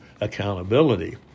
accountability